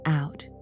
out